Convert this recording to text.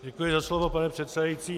Děkuji za slovo, pane předsedající.